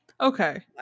Okay